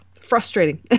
frustrating